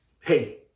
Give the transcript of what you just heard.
hey